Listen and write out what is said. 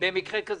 במקרה כזה.